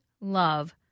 love